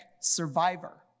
survivor